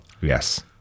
Yes